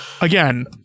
Again